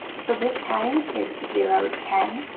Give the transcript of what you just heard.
so this padding is zero, ten,